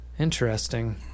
Interesting